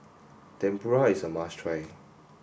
tempura is a must try